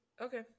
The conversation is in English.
Okay